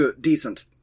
decent